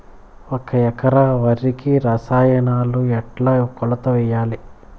ఒక ఎకరా వరికి రసాయనాలు ఎట్లా కొలత వేయాలి?